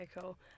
cool